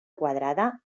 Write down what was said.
quadrada